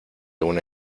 una